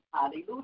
Hallelujah